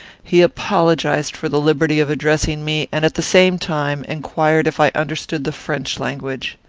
he apologized for the liberty of addressing me, and, at the same time, inquired if i understood the french language.